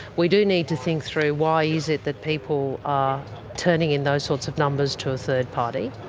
we do need to think through why is it that people are turning in those sorts of numbers to a third party.